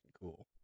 cool